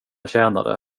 tjänade